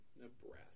Nebraska